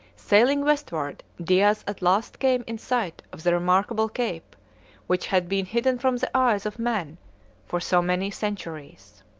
sailing westward, diaz at last came in sight of that remarkable cape which had been hidden from the eyes of man for so many centuries.